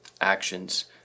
actions